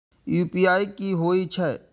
UPI की होई छै?